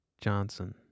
Johnson